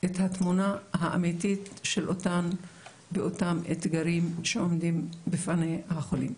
את התמונה האמיתית של אותם אתגרים שעומדים בפני החולים.